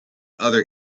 other